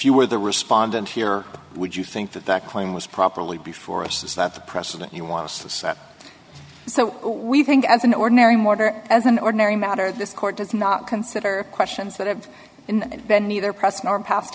you were the respondent here would you think that that claim was properly before us is that the precedent you want to set so we think as an ordinary mordor as an ordinary matter this court does not consider questions that have been then neither pressed nor pas